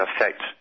affect